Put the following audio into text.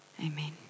Amen